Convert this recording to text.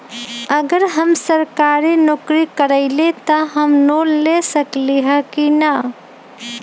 अगर हम सरकारी नौकरी करईले त हम लोन ले सकेली की न?